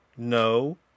no